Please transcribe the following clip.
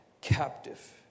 captive